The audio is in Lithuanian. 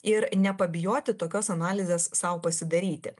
ir nepabijoti tokios analizės sau pasidaryti